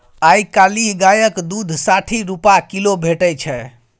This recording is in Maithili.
आइ काल्हि गायक दुध साठि रुपा किलो भेटै छै